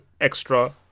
Extra